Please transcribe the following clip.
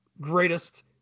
greatest